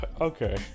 Okay